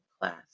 class